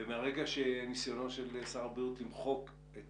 ומהרגע שהנסיונות של שר הבריאות למחוק את